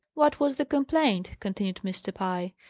what was the complaint? continued mr. pye.